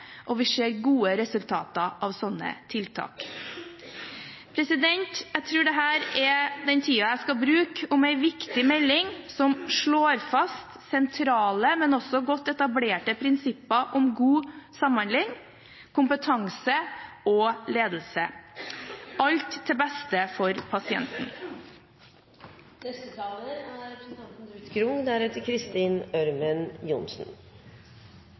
og vi ser gode resultater av slike tiltak. Jeg tror dette er den tiden jeg skal bruke på en viktig melding som slår fast sentrale, men også godt etablerte prinsipper om god samhandling, kompetanse og ledelse – alt til beste for pasienten.